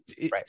right